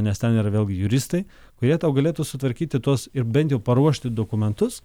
nes ten yra vėlgi juristai kurie tau galėtų sutvarkyti tuos ir bent jau paruošti dokumentus